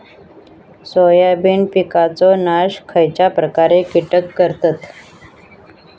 Soybean पिकांचो नाश खयच्या प्रकारचे कीटक करतत?